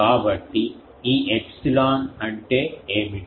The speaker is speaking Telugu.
కాబట్టి ఈ ఎప్సిలాన్ అంటే ఏమిటి